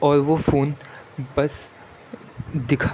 اور وہ فون بس دکھا